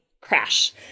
crash